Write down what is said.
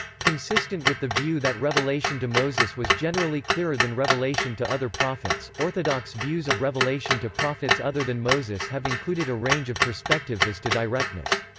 consistent with the view that revelation to moses was generally clearer than revelation to other prophets, orthodox views of revelation to prophets other than moses have included a range of perspectives as to directness.